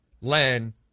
Len